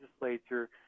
legislature